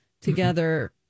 together